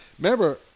Remember